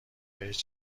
بهش